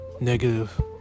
negative